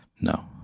no